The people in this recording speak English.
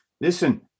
Listen